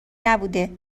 نبوده